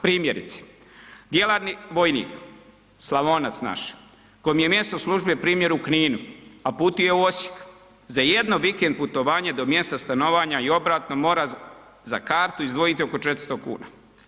Primjerice, djelatni vojnik, Slavonac naš, kojem je mjesto službe primjer u Kninu a putuje u Osijek za jedno vikend putovanje do mjesta stanovanja i obratno mora za kartu izdvojiti oko 400 kuna.